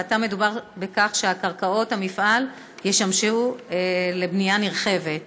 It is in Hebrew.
ועתה מדובר בכך שקרקעות המפעל ישמשו לבנייה נרחבת.